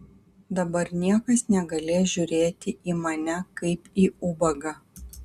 dabar niekas negalės žiūrėti į mane kaip į ubagą